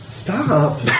Stop